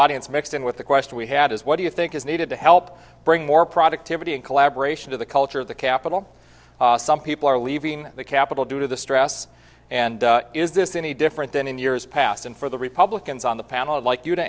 audience mixed in with the question we had is what do you think is needed to help bring more product to vittie in collaboration to the culture of the capitol some people are leaving the capitol due to the stress and is this any different than in years past and for the republicans on the panel like you to